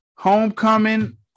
Homecoming